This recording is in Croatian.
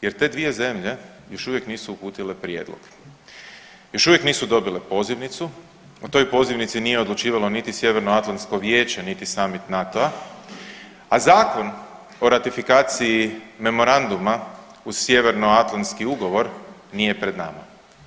Jer te dvije zemlje još uvijek nisu uputile prijedlog, još uvijek nisu dobile pozivnicu, o toj pozivnici nije odlučivalo niti Sjevernoatlantsko vijeće, niti samit NATO-a, a Zakon o ratifikaciji memoranduma uz Sjevernoatlantski ugovor nije pred nama.